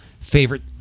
favorite